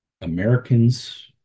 Americans